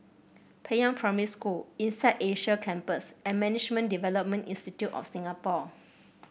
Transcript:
Peiying Primary School INSEAD Asia Campus and Management Development Institute of Singapore